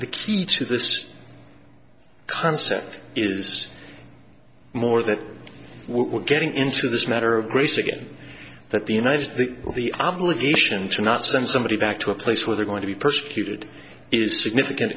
the key to this concept is more that we're getting into this matter of grace again that the united the the obligation to not send somebody back to a place where they're going to be persecuted is significant